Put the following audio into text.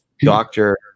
doctor